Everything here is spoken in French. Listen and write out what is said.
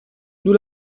nous